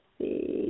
see